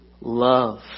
love